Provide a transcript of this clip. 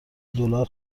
دلار